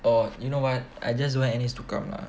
oh you know what I just want N_S to come lah